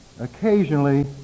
occasionally